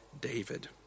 David